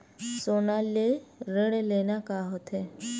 सोना ले ऋण लेना का होथे?